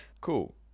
Cool